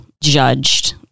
judged